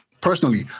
personally